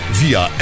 via